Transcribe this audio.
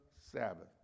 Sabbath